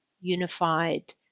unified